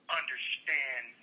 understand